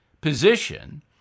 position